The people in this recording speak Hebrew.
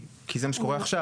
כי זה מה שקורה עכשיו.